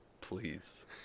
Please